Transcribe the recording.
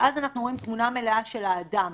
ואז אנחנו רואים תמונה מלאה של האדם.